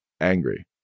angry